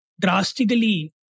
drastically